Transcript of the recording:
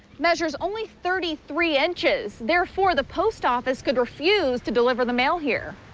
measures only thirty three inches. therefore the post office could refuse to deliver the mail here.